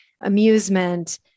amusement